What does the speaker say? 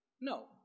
No